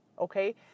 okay